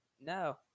No